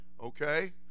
okay